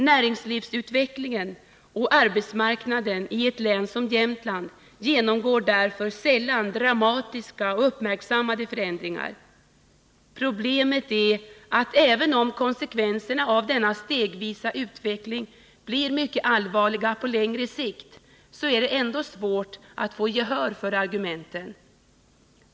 Näringslivsutvecklingen och arbetsmarknaden i ett län som Jämtlands län genomgår därför sällan dramatiska och uppmärksammade förändringar. Problemet är att även om konsekvenserna av denna stegvisa utveckling blir mycket allvarliga på längre sikt, så är det ändå svårt att få gehör för argumenten.